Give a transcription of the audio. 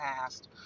past